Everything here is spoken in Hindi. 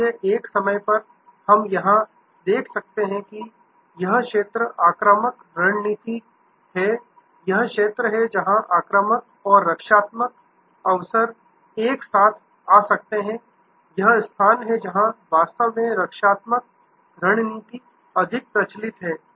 इसलिए एक समय पर हम यहां देख सकते हैं कि यह क्षेत्र आक्रामक रणनीति है यह क्षेत्र है जहां आक्रामक और रक्षात्मक अक्सर एक साथ आ सकते हैं यह स्थान है जहां वास्तव में रक्षात्मक रणनीति अधिक प्रचलित है